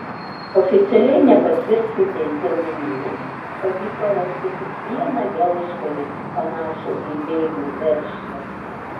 oficialiai nepatvirtintais duomenimis pavyko rasti tik vieną gelžgalį panašų į bėgių veržlę